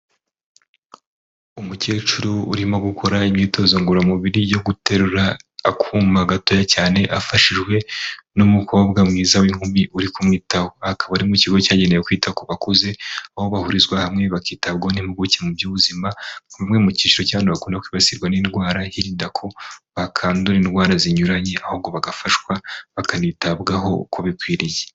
Umukecuru urimo gukora imyitozo ngororamubiri yo guterura akuma gatoya cyane afashijwe n'umukobwa mwiza w'inkumi urikumwitaho. Akaba ari mu kigo cyagenewe kwita ku bakuze aho bahurizwa hamwe bakitabwaho n'impuguke mu by'ubuzima, bamwe mu cyiciro cy'abantu bakunda kwibasirwa n'indwara hirindwa ko bakandura indwara zinyuranye, ahubwo bagafashwa, bakanitabwaho uko bikwiriye.